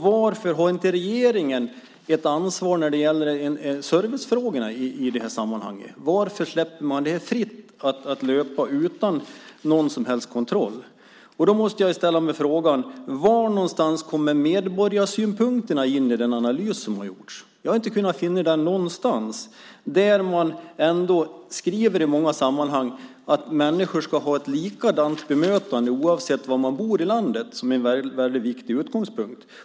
Varför har inte regeringen ett ansvar när det gäller servicefrågorna i det här sammanhanget? Varför släpper man det här fritt, så att det får löpa utan någon som helst kontroll? Då måste jag ställa mig frågan: Var kommer medborgarsynpunkterna in i den analys som har gjorts? Jag har inte kunnat finna dem någonstans. Man skriver ändå i många sammanhang att människor ska få ett likadant bemötande oavsett var de bor i landet. Det är en väldigt viktig utgångspunkt.